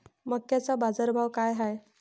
मक्याचा बाजारभाव काय हाय?